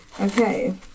Okay